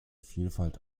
vielfalt